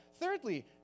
Thirdly